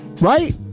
right